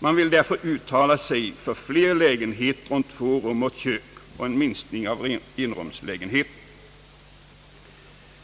De vill därför uttala sig för flera lägenheter om 2 rum och kök och en minskning av 1-rumslägenheterna.